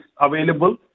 available